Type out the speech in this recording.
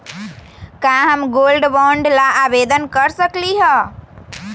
का हम gold bond ला आवेदन कर सकली ह?